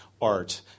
art